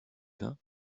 vin